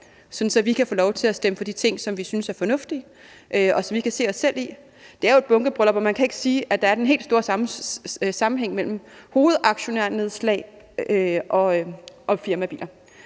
at vi kan få lov til at stemme for de ting, som vi synes er fornuftige, og som vi kan se os selv i. Det er jo et bunkebryllup, og man kan ikke sige, at der er den helt store sammenhæng mellem hovedaktionærnedslag og firmabiler.